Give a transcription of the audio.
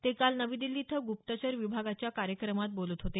ते काल नवी दिल्ली इथं ग्रप्तचर विभागाच्या कार्यक्रमात बोलत होते